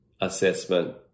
assessment